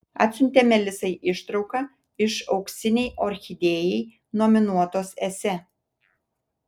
atsiuntė melisai ištrauką iš auksinei orchidėjai nominuotos esė